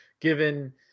given